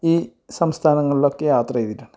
ഈ സംസ്ഥാനങ്ങളിലൊക്കെ യാത്ര ചെയ്തിട്ടുണ്ട്